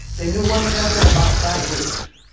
they knew one another about five weeks.